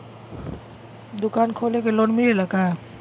दुकान खोले के लोन मिलेला का?